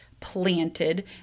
planted